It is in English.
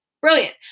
Brilliant